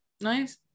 Nice